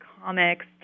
comics